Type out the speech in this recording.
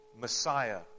Messiah